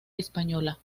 española